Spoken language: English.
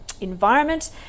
environment